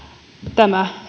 tämä